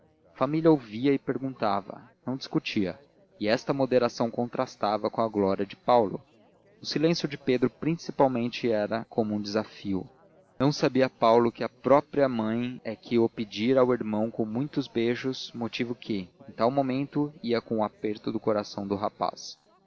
família ouvia e perguntava não discutia e esta moderação contrastava com a glória de paulo o silêncio de pedro principalmente era como um desafio não sabia paulo que a própria mãe é que o pedira ao irmão com muitos beijos motivo que em tal momento ia com o aperto do coração do rapaz